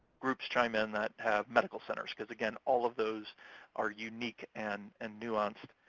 groups chime in that have medical centers, cause, again, all of those are unique and and nuanced.